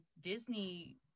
Disney